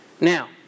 Now